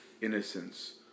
innocence